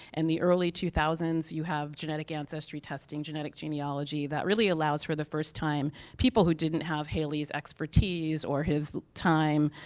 and the early two thousand s, you have genetic ancestry testing, genetic genealogy, that really allows, for the first time, people who didn't have haley's expertise, or his time,